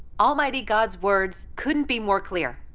almighty god's words couldn't be more clear!